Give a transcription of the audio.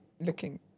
looking